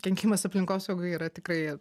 kenkimas aplinkosaugai yra tikrai